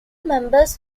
members